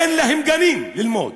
אין להם גנים ללמוד,